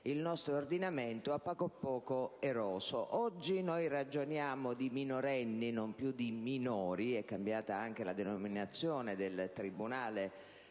il nostro ordinamento, a poco a poco erosa. Oggi ragioniamo di minorenni e non più di minori. È cambiata anche la denominazione del tribunale